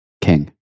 king